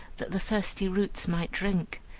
that the thirsty roots might drink.